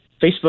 Facebook